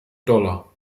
dollar